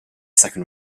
second